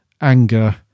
anger